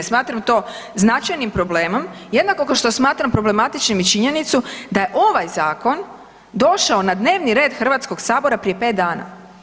Smatram to značajnim problemom jednako kao što smatram problematičnim i činjenicu i da je ovaj zakon došao na dnevni red Hrvatskog sabora prije 5 dana.